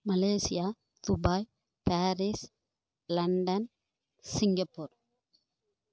Malaysia Dubai Paris London Singapore